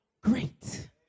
great